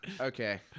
Okay